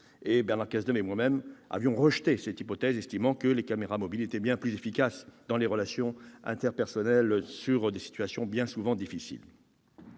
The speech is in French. Bernard Cazeneuve et moi-même avions rejeté cette hypothèse, estimant que les caméras mobiles étaient bien plus efficaces pour les relations interpersonnelles dans des situations bien souvent difficiles.